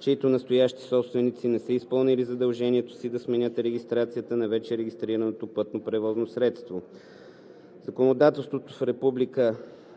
чиито настоящи собственици не са изпълнили задължението си да сменят регистрацията на вече регистрираното пътно превозно средство.